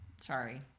Sorry